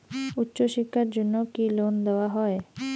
উচ্চশিক্ষার জন্য কি লোন দেওয়া হয়?